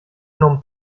non